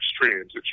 extremes